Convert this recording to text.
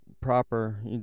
proper